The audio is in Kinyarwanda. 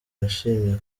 yashimye